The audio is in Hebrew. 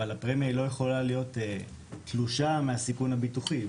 אבל הפרמיה לא יכולה להיות תלושה מהסיכון הביטוחי.